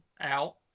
out